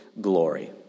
glory